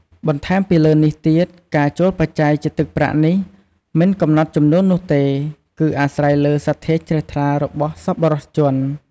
បន្ថែមពីលើនេះទៀត ការចូលបច្ច័យជាទឹកប្រាក់នេះ មិនកំណត់ចំនួននោះទេ គឺអាស្រ័យលើសទ្ធាជ្រះថ្លារបស់សប្បុរសជន។